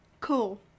cool